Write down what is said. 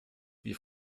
wie